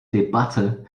debatte